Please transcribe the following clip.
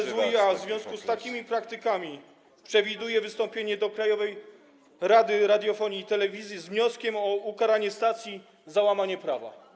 Czy resort MSWiA w związku z takimi praktykami przewiduje wystąpienie do Krajowej Rady Radiofonii i Telewizji z wnioskiem o ukaranie stacji za łamanie prawa?